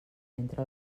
entre